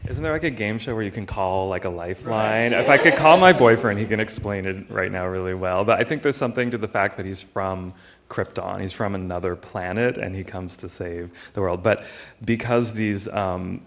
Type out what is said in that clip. isn't there like a game show where you can call like a lifeline if i could call my boyfriend he can explain it right now really well but i think there's something to the fact that he's from krypton he's from another planet and he comes to save the world but because these